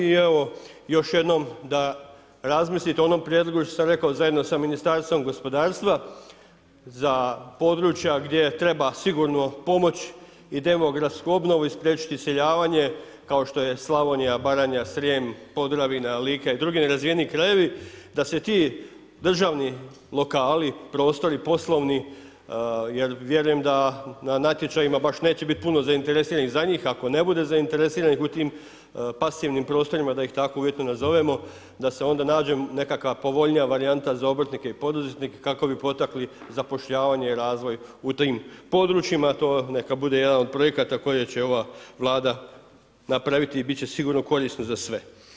Još jednom da razmislite o onom prijedlogu što sam rekao zajedno sa Ministarstvom gospodarstva za područja gdje treba sigurno pomoć i demografsku obnovu i spriječiti iseljavanje, kao što je Slavonija, Baranja, Srijem, Podravina, Lika i drugi nerazvijeni krajevi, da se ti državni lokali, prostori poslovni, jer vjerujem da na natječajima baš neće bit puno zainteresiranih za njih, ako ne bude zainteresiranih u tim pasivnim prostorima, da ih tako uvjetno nazovemo, da se onda nađe nekakva povoljnija varijanta za obrtnike i poduzetnike kako bi potakli zapošljavanje i razvoj u tim područjima, to neka bude jedan od projekata koje će ova Vlada napraviti i bit će sigurno korisno za sve.